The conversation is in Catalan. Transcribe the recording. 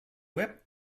web